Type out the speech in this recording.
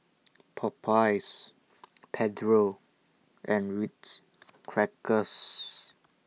Popeyes Pedro and Ritz Crackers